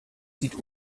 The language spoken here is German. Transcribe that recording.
sieht